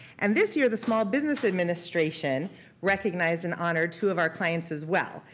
and this year the small business administration recognized and honored two of our clients as well.